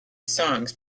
songs